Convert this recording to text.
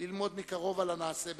ללמוד מקרוב על הנעשה באזורנו,